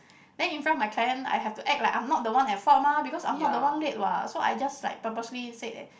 then in front of my client I have to act like I'm not the one at fault mah because I'm not the one late what so I just purposely said that